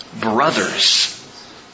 brothers